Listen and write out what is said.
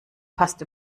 passt